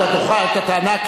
דוחה את הטענה.